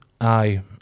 Aye